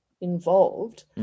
involved